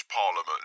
Parliament